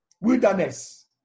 Wilderness